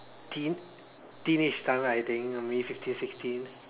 teen teenage time right I think maybe fifteen sixteen